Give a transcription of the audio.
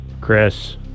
Chris